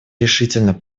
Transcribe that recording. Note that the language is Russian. решительно